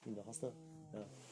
oh